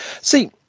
See